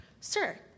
Sir